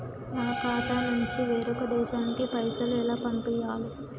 మా ఖాతా నుంచి వేరొక దేశానికి పైసలు ఎలా పంపియ్యాలి?